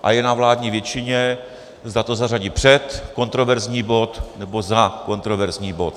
A je na vládní většině, zda to zařadí před kontroverzní bod, nebo za kontroverzní bod.